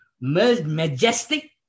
majestic